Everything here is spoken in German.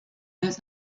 als